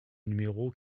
numéro